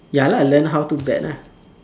ya lah learn how to bet lah